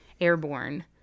airborne